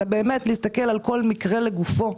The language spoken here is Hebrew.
אלא באמת מסתכלת על כל מקרה לגופו,